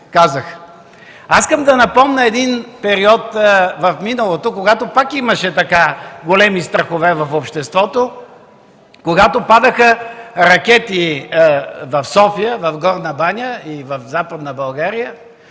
Аз искам да напомня за един период от миналото, когато пак имаше големи страхове в обществото, когато падаха ракети в София, в Горна баня и в Западна България,